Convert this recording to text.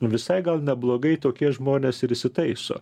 visai gal neblogai tokie žmonės ir įsitaiso